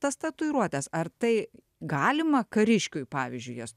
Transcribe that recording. tas tatuiruotes ar tai galima kariškiui pavyzdžiui jas